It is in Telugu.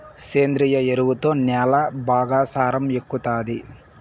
సేంద్రియ ఎరువుతో న్యాల బాగా సారం ఎక్కుతాది